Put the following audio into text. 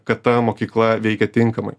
kad ta mokykla veikia tinkamai